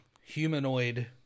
humanoid